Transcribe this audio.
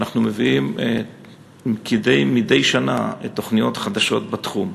ואנחנו מביאים מדי שנה תוכניות חדשות בתחום.